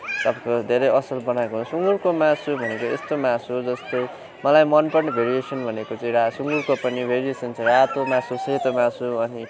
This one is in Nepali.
तपाईँको धेरै असल बनाएको सुँगुरको मासु भनेको यस्तो मासु हो जस्तो मलाई मन पर्ने भेरिएसन भनेको चाहिँ एउटा सुँगुरको पनि भेरिएसन छ रातो मासु सेतो मासु अनि